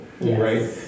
right